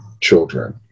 children